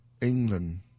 England